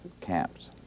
camps